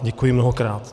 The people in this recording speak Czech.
Děkuji mnohokrát.